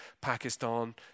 Pakistan